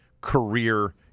career